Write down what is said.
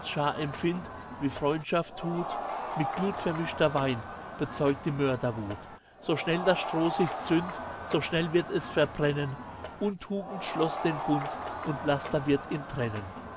empfindt wie freundschaft tut mit blut vermischter wein bezeugt die mörderwut so schnell das stroh sich zündt so schnell wird es verbrennen untugend schloss den bund und laster wird ihn trennen